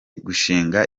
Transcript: gushinga